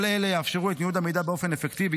כל אלה יאפשרו את ניוד המידע באופן אפקטיבי.